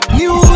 new